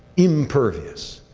impervious.